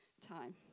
time